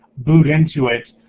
boot into it,